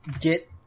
get